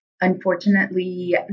unfortunately